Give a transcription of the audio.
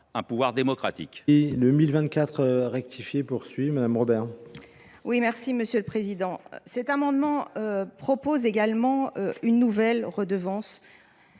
un pouvoir démocratique.